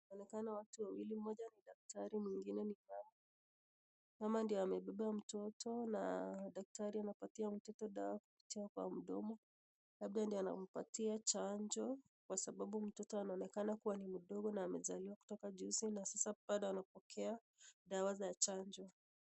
Wanaonekana watu wawili, mmoja ni daktari mama ndio amebeba mtoto na daktari anapatia mtoto dawa kupitia kwa mdomo labda ndio anampatia chanjo kwa sababu anaoneka a kuwa ni mdogo na anafaa dawa za chanjo.